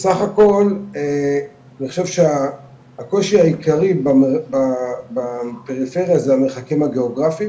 בסך הכול לחשוב הקושי העיקרי בפריפריה זה המרחקים הגיאוגרפיים